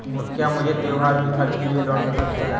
क्या मुझे त्योहार के खर्च के लिए लोन मिल सकता है?